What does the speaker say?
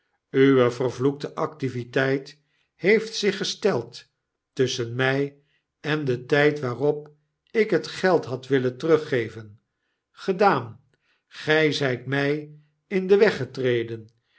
uwe venioekte activiteit heeft zich gesteld tusschen my en den tyd waarop ik het geld had willen teruggeven gedaan gij zyt my in den weg